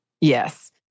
Yes